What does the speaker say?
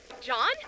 John